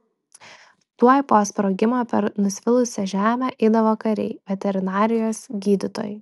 tuoj po sprogimo per nusvilusią žemę eidavo kariai veterinarijos gydytojai